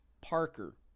Parker